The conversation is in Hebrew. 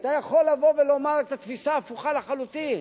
אתה יכול לבוא ולומר את התפיסה ההפוכה לחלוטין.